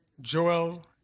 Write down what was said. Joel